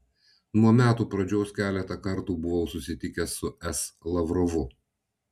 nuo metų pradžios keletą kartų buvau susitikęs su s lavrovu